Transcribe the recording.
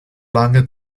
lange